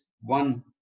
one